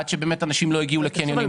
עד שבאמת אנשים לא הגיעו לקניונים.